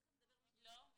תכף נדבר מי פטור ממנה --- לא.